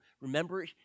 Remember